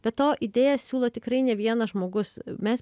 be to idėjas siūlo tikrai ne vienas žmogus mes